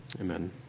Amen